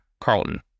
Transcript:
Carlton